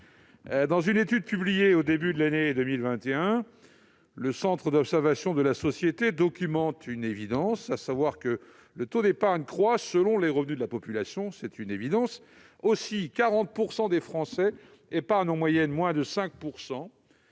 Dans une étude publiée au début de l'année 2021, le Centre d'observation de la société documente une évidence, à savoir que le taux d'épargne croît selon les revenus de la population. Ainsi, 40 % des Français épargnent en moyenne moins de 5